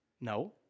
No